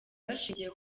bashingiye